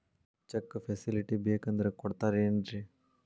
Check facility ಬೇಕಂದ್ರ ಕೊಡ್ತಾರೇನ್ರಿ?